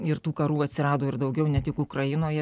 ir tų karų atsirado ir daugiau ne tik ukrainoje